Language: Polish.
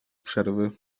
przerwy